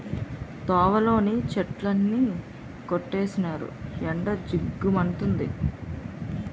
తోవలోని చెట్లన్నీ కొట్టీసినారు ఎండ జిగ్గు మంతంది